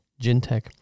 Gintech